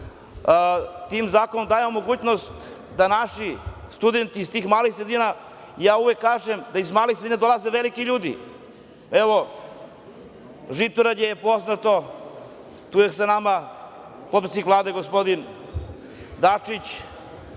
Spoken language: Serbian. amandman dajemo mogućnost da studenti iz tih malih sredina… Ja uvek kažem da iz malih sredina dolaze veliki ljudi. Evo, Žitorađe je poznato. Tu je sa nama potpredsednik Vlade gospodin Dačić,